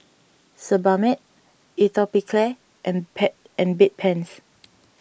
Sebamed Atopiclair and and Bedpans